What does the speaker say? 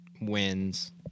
wins